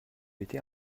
étais